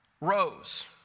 rose